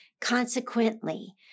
Consequently